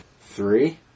three